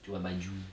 jual baju